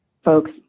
folks